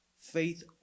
faith